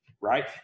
right